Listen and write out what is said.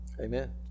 Amen